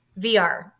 VR